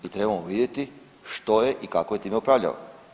I trebamo vidjeti što je i kako je time upravljao.